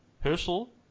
Herschel